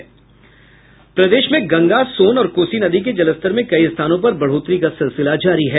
प्रदेश में गंगा सोन और कोसी नदी के जलस्तर में कई स्थानों पर बढ़ोतरी का सिलसिला जारी है